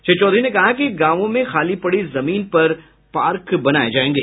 श्री चौधरी ने कहा कि गांवों में खाली पड़ी जमीन पर पार्क बनाये जायेंगे